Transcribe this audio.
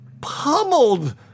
pummeled